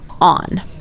on